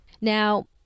Now